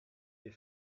des